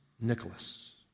Nicholas